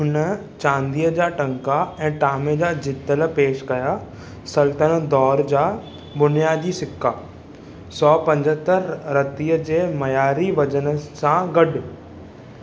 हुन चांदीअ जा टंका ऐं टामे जा जितल पेशि कया सल्तनत दौरु जा बुनियादी सिक्का सौ पंजतर रतीअ जे मयारी वज़न सां गॾु